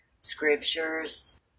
scriptures